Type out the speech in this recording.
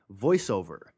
voiceover